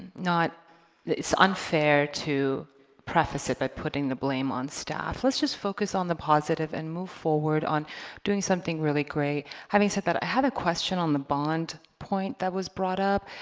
not it's unfair to preface it by putting the blame on staff let's just focus on the positive and move forward on doing something really great having said that i had a question on the bond point that was brought up